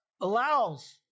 allows